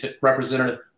representative